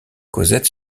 cosette